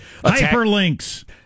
Hyperlinks